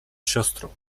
siostrą